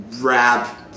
rap